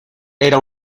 era